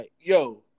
yo